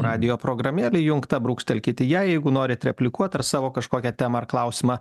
radijo programėlė įjungta brūkštelkit į ją jeigu norit replikuot ar savo kažkokią temą ar klausimą